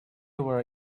were